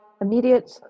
immediate